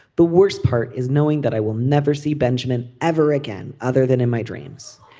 the worst part is knowing that i will never see benjamin ever again other than in my dreams.